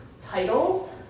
titles